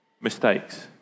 mistakes